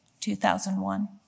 2001